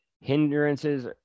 hindrances